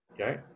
Okay